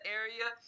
area